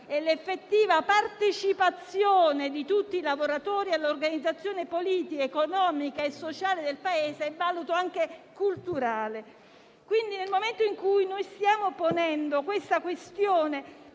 e l'effettiva partecipazione di tutti i lavoratori all'organizzazione politica, economica e sociale del Paese». Quindi, nel momento in cui stiamo ponendo tale questione